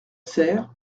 serre